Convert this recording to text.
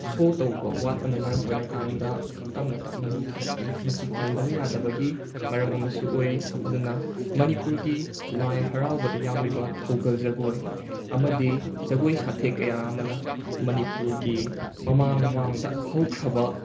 ꯁꯣ ꯇꯧꯕ ꯋꯥꯇꯄꯅ ꯃꯔꯝ ꯑꯣꯏꯔꯀꯥꯟꯗ ꯇꯞꯅ ꯇꯞꯅ ꯃꯨꯠꯊꯔꯛꯂꯤ ꯃꯁꯤ ꯀꯟꯗꯕ ꯌꯥꯗꯕꯒꯤ ꯃꯔꯝ ꯑꯃꯁꯨ ꯑꯣꯏꯔꯤ ꯑꯗꯨꯅ ꯃꯅꯤꯄꯨꯔꯒꯤ ꯂꯥꯏ ꯍꯔꯥꯎꯕꯗ ꯌꯥꯎꯔꯤꯕ ꯊꯧꯒꯜ ꯖꯒꯣꯏ ꯑꯃꯗꯤ ꯖꯒꯣꯏ ꯁꯥꯊꯦꯛ ꯀꯌꯥ ꯑꯃꯅ ꯃꯅꯤꯄꯨꯔꯒꯤ ꯃꯃꯥꯡ ꯃꯃꯥꯡꯗ ꯍꯧꯈ꯭ꯔꯕ